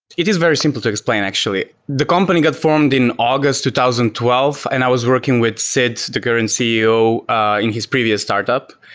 it is very simple to explain actually. the company got formed in august two thousand and twelve, and i was working with sid, the current ceo in his previous startup.